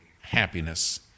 happiness